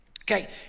Okay